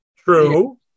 True